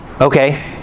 Okay